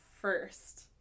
first